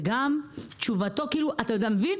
וגם תשובתו, אתה מבין,